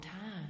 time